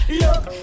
look